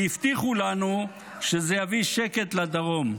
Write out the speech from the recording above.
כי הבטיחו לנו שזה יביא שקט לדרום.